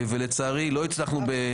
ולצערי לא הצלחנו.